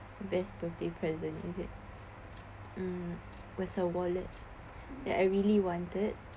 best birthday present is it mm was a wallet that I really wanted